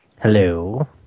Hello